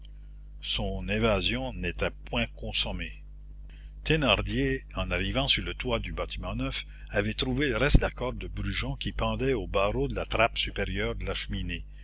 son évasion n'était point consommée thénardier en arrivant sur le toit du bâtiment neuf avait trouvé le reste de la corde de brujon qui pendait aux barreaux de la trappe supérieure de la cheminée